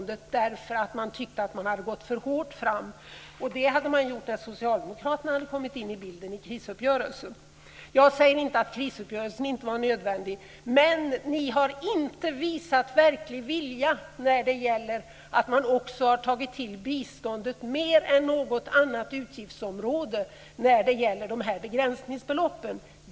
Det hade man gjort när socialdemokraterna hade kommit in i bilden i krisuppgörelsen. Jag säger inte att krisuppgörelsen inte var nödvändig, men ni har inte visat verklig vilja när det gäller att ta till biståndet mer än något annat utgiftsområde i fråga om begränsningsbeloppen.